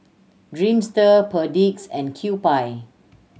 Dreamster Perdix and Kewpie